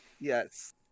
Yes